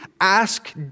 ask